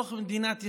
בתוך מדינת ישראל,